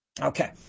Okay